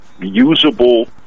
usable